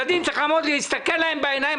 צריך להסתכל לילדים בעיניים,